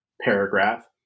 paragraph